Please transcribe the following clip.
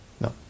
No